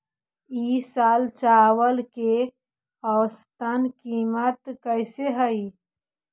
ई साल चावल के औसतन कीमत कैसे हई?